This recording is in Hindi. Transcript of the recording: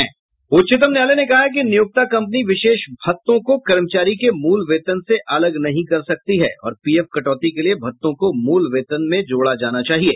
उच्चतम न्यायालय ने कहा है कि नियोक्ता कंपनी विशेष भत्तों को कर्मचारी के मूल वेतन से अलग नहीं कर सकती है और पीएफ कटौती के लिये भत्तों को मूल वेतन में जोड़ा जाना चाहिये